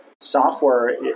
software